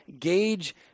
gauge